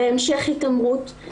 להמשך התעמרות,